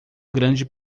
grande